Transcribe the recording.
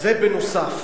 זה בנוסף,